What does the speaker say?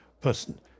person